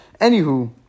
anywho